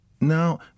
Now